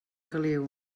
caliu